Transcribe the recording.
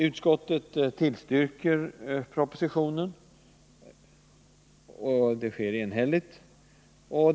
Utskottet tillstyrker enhälligt propositionens förslag.